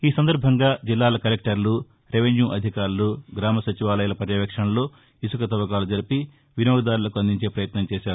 ఈ సందర్భంగా జిల్లాల కలెక్టర్లు రెవెస్యూ అధికారులు గ్రామ సచివాలయాల పర్యవేక్షణలో ఇసుక తవ్వకాలు జరిపి వినియోగదారులకు అందించే ప్రయత్నం చేశారు